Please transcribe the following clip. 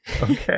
Okay